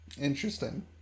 Interesting